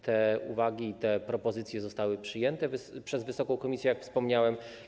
Te uwagi, te propozycje zostały przyjęte przez wysoką komisję, jak wspomniałem.